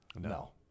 no